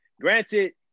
Granted